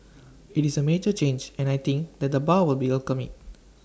IT is A major change and I think that the bar will be welcome IT